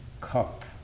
cup